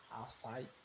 outside